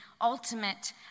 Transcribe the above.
ultimate